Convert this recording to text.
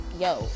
yo